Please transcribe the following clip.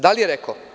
Da li je rekao?